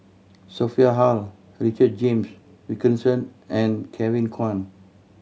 Sophia Hull Richard James Wilkinson and Kevin Kwan